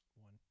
One